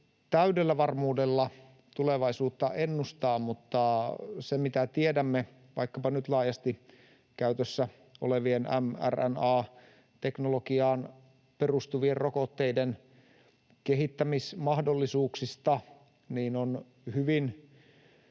täydellä varmuudella tulevaisuutta ennustaa, mutta kuten tiedämme vaikkapa nyt laajasti käytössä olevien mRNA-teknologiaan perustuvien rokotteiden kehittämismahdollisuuksista, on hyvin